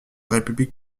république